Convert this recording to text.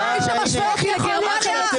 מי שמשווה אותי לגרמניה,